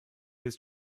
his